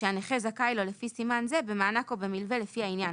שהנכה זכאי לו לפי סימן זה במענק או במלווה לפי העניין.